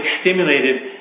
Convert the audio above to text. stimulated